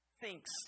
thinks